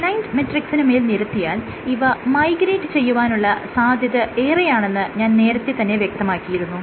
aligned മെട്രിക്സിനുമേൽ നിരത്തിയാൽ ഇവ മൈഗ്രേറ്റ് ചെയ്യുവാനുള്ള സാധ്യതയേറെയാണെന്ന് ഞാൻ നേരത്തെ തന്നെ വ്യക്തമാക്കിയിരുന്നു